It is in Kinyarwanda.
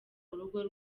urugo